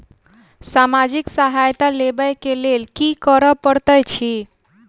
सामाजिक सहायता पाबै केँ लेल की करऽ पड़तै छी?